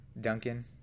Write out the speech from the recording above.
Duncan